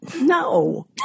no